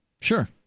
Sure